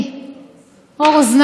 ככה קוראים לו,